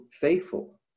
faithful